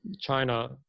China